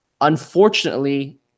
Unfortunately